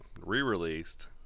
re-released